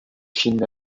chine